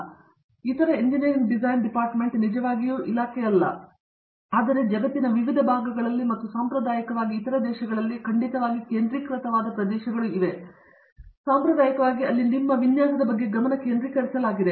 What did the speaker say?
ಸರಿ ಪ್ರೊಫೆಸರ್ ಶ್ರೀಕಾಂತ್ ವೇದಾಂತಮ್ ಇತರ engineering design department ನಿಜವಾಗಿಯೂ ಇಲಾಖೆಯಲ್ಲ ಆದರೆ ಜಗತ್ತಿನ ವಿವಿಧ ಭಾಗಗಳಲ್ಲಿ ಮತ್ತು ಸಾಂಪ್ರದಾಯಿಕವಾಗಿ ಇತರ ದೇಶಗಳಲ್ಲಿ ಖಂಡಿತವಾಗಿ ಕೇಂದ್ರಿತವಾದ ಪ್ರದೇಶಗಳು ಇವೆ ಸಾಂಪ್ರದಾಯಿಕವಾಗಿ ಅಲ್ಲಿ ನಿಮ್ಮ ವಿನ್ಯಾಸದ ಬಗ್ಗೆ ಗಮನ ಕೇಂದ್ರೀಕರಿಸಲಾಗಿದೆ